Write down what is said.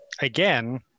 Again